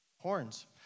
horns